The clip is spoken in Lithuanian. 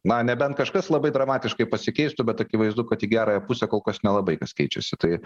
na nebent kažkas labai dramatiškai pasikeistų bet akivaizdu kad į gerąją pusę kol kas nelabai kas keičiasi tai